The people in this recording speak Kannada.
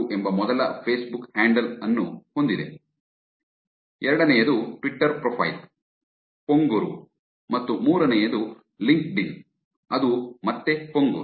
kumaraguru ಎಂಬ ಮೊದಲ ಫೇಸ್ಬುಕ್ ಹ್ಯಾಂಡಲ್ ಅನ್ನು ಹೊಂದಿದೆ ಎರಡನೆಯದು ಟ್ವಿಟರ್ ಪ್ರೊಫೈಲ್ ಪೊಂಗುರು ಮತ್ತು ಮೂರನೆಯದು ಲಿಂಕ್ಡ್ಇನ್ ಅದು ಮತ್ತೆ ಪೊಂಗುರು